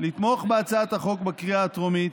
לתמוך בהצעת החוק בקריאה הטרומית,